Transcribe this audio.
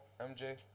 MJ